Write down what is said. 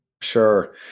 Sure